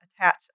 attach